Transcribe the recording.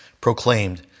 proclaimed